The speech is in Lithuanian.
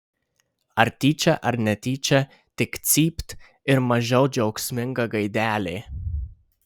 ar tyčia ar netyčia tik cypt ir mažiau džiaugsminga gaidelė